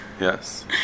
Yes